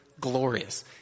glorious